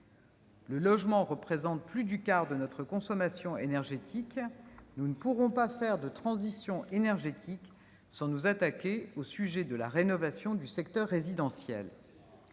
Le logement représente plus du quart de notre consommation énergétique. Nous ne pourrons donc pas réussir la transition énergétique sans nous attaquer à la rénovation énergétique du secteur résidentiel.